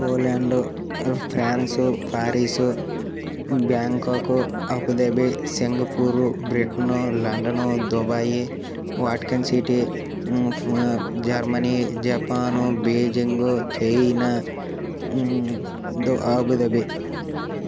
Poland France Paris Bangkok Abu Dhabi Singapore Britain London Dubai Vatican City Germany Japan Beijing China దు Abu Dhabi